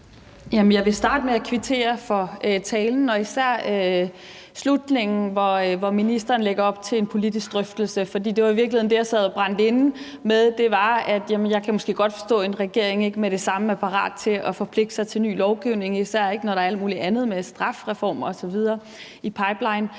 Jeg vil starte med at kvittere for talen og især slutningen, hvor ministeren lægger op til en politisk drøftelse, for det var i virkeligheden det, jeg sad og brændte inde med – at jeg måske godt kan forstå, at en regering ikke med det samme er parat til at forpligte sig til ny lovgivning, især ikke når der er alt muligt andet med strafreform osv. i pipelinen,